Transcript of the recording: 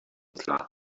tla